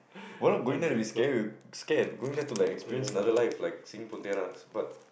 we're not going there to be scare~ scared going there to like experience another life like seeing Pontianak's but